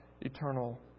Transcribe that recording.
eternal